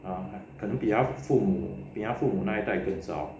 hor 可能比他父母比他父母那一代更遭